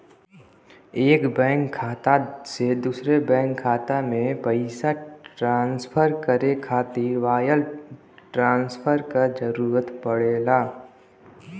एक बैंक खाता से दूसरे बैंक खाता में पइसा ट्रांसफर करे खातिर वायर ट्रांसफर क जरूरत पड़ेला